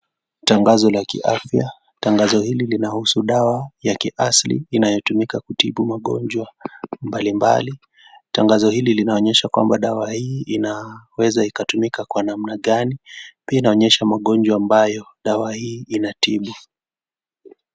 Tangazo la kiafya, tangazo hili linahusu dawa ya kiasili inayotumika kutibu magonjwa mbali mbali, tangazo hili linaonyesha kwamba dawa hili inaweza kutumika kwa namna gani pia inaonyesha magonjwa ambayo dawa hii inatibu.